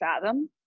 fathom